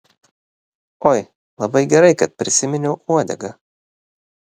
oi labai gerai kad prisiminiau uodegą